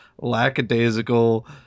lackadaisical